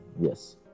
yes